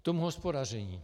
K tomu hospodaření.